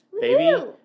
baby